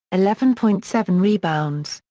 eleven point seven rebounds,